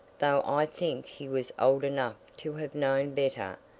though i think he was old enough to have known better,